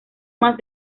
más